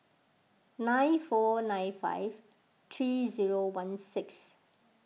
nine four nine five three zero one six